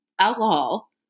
alcohol